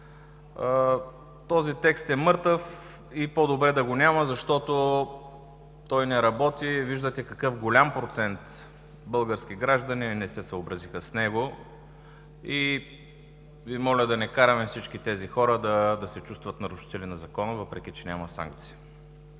Този текст е мъртъв и е по-добре да го няма, защото не работи. Виждате какъв голям процент български граждани не се съобразиха с него и Ви моля да не караме всички тези хора да се чувстват нарушители на закона, въпреки че няма санкции.